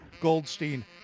Goldstein